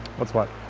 what's what?